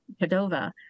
padova